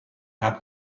had